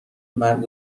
مرگ